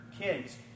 kids